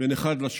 בין אחד לשני,